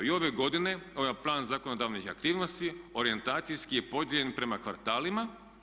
I ove godine ovaj plan zakonodavnih aktivnosti orijentacijski je podijeljen prema kvartalima.